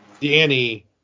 Danny